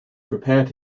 prepared